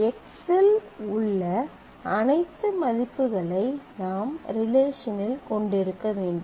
X x இல் உள்ள அனைத்து மதிப்புகளை நாம் ரிலேஷனில் கொண்டிருக்க வேண்டும்